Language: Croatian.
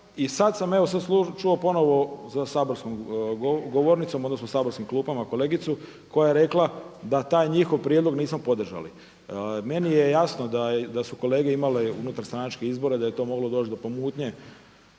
i sada evo čuo ponovo za saborskom govornicom odnosno saborskim klupama kolegicu koja je rekla da taj njihov prijedlog nismo podržali. Meni je jasno da su kolege imale unutar stranačkih izbora da je to moglo doći do pomutnje